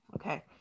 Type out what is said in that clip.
okay